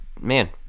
man